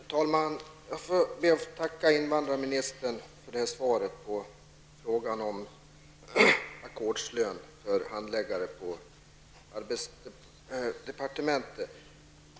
Herr talman! Jag ber att få tacka invandrarministern för svaret på frågan om ackordslön för handläggare på arbetsmarknadsdepartementet.